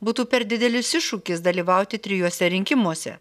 būtų per didelis iššūkis dalyvauti trijuose rinkimuose